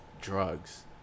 drugs